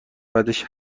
بعدش